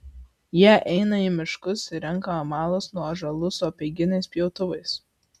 jie eina į miškus ir renka amalus nuo ąžuolų su apeiginiais pjautuvais